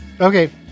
Okay